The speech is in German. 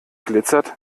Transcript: glitzert